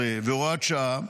19 והוראת שעה),